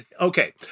Okay